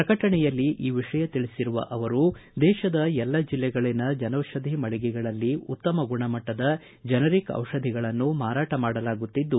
ಪ್ರಕಟಣೆಯಲ್ಲಿ ಈ ವಿಷಯ ತಿಳಿಸಿರುವ ಅವರು ದೇಶದ ಎಲ್ಲ ಜಿಲ್ಲೆಗಳಲ್ಲಿನ ಜನೌಷಧಿ ಮಳಿಗೆಗಳಲ್ಲಿ ಉತ್ತಮ ಗುಣಮಟ್ಟದ ಜೆನರಿಕ್ ದಿಷಧಿಗಳನ್ನು ಮಾರಾಟ ಮಾಡಲಾಗುತ್ತಿದ್ದು